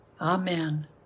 Amen